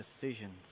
decisions